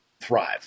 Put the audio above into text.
thrive